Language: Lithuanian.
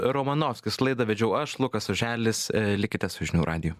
romanovskis laidą vedžiau aš lukas oželis likite su žinių radiju